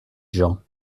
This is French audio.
gens